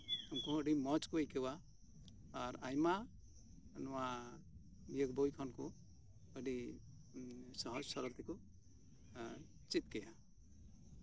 ᱩᱱᱠᱩ ᱟᱹᱰᱤ ᱢᱚᱸᱡᱽ ᱠᱚ ᱟᱹᱭᱠᱟᱹᱣᱟ ᱟᱨ ᱟᱭᱢᱟ ᱱᱚᱶᱟ ᱤᱭᱟᱹ ᱵᱳᱭ ᱠᱷᱚᱱ ᱠᱚ ᱥᱚᱦᱚᱡᱽ ᱥᱚᱨᱚᱞ ᱛᱮᱠᱚ ᱪᱮᱫ ᱠᱮᱭᱟ